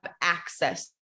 access